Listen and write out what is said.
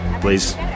Please